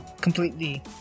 completely